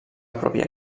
pròpia